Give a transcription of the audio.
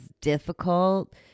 difficult